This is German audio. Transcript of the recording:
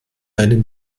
einen